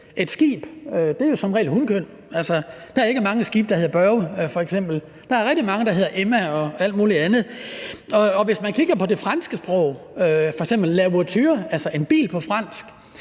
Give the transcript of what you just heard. et skib jo som regel er hunkøn. Der er ikke mange skibe, der f.eks. hedder Børge. Der er rigtig mange, der hedder Emma og alt muligt andet. Og hvis man kigger på det franske sprog, er f.eks. la voiture – altså en bil på fransk